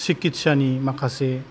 सिखिथसानि माखासे